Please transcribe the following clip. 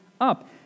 up